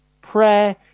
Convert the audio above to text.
Prayer